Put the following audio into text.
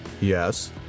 Yes